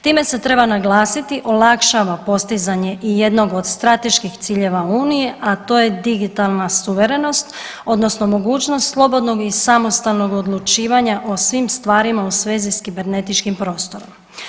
Time se treba naglasiti olakšava postizanje i jednog od strateških ciljeva unije, a to je digitalna suverenost odnosno mogućnost slobodnog i samostalnog odlučivanja o svim stvarima u svezi s kibernetičkim prostorom.